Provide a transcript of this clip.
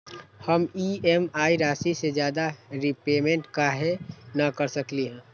हम ई.एम.आई राशि से ज्यादा रीपेमेंट कहे न कर सकलि ह?